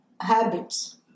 habits